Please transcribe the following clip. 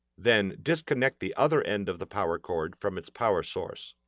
then, disconnect the other end of the power cord from its power source.